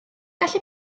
gallu